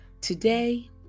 Today